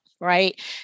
right